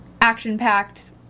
action-packed